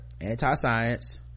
anti-science